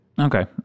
Okay